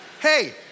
hey